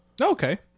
Okay